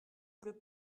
pleut